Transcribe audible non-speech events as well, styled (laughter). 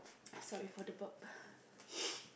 sorry for the burp (breath) (noise)